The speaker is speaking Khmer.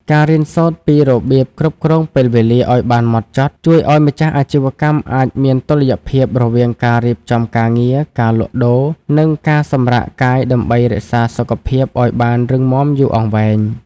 ការរៀនសូត្រពីរបៀបគ្រប់គ្រងពេលវេលាឱ្យបានហ្មត់ចត់ ជួយឱ្យម្ចាស់អាជីវកម្មអាចមានតុល្យភាពរវាងការរៀបចំការងារ ការលក់ដូរ និងការសម្រាកកាយដើម្បីរក្សាសុខភាពឱ្យបានរឹងមាំយូរអង្វែង។